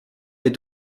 est